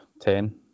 ten